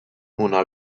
una